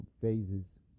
Phases